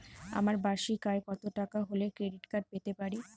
আমার বার্ষিক আয় কত টাকা হলে ক্রেডিট কার্ড পেতে পারি?